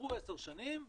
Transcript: יעברו עשר שנים ובום,